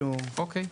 אוקיי.